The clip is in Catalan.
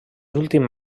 últim